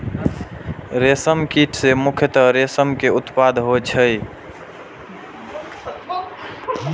रेशम कीट सं मुख्यतः रेशम के उत्पादन होइ छै